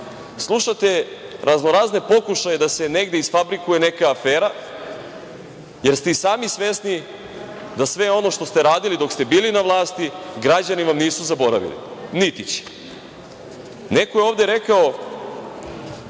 slušate raznorazne pokušaje da se negde isfabrikuje neka afera jer ste i sami svesni da sve ono što ste radili dok ste bili na vlasti građani vam nisu zaboravili, niti će. Neko je ovde rekao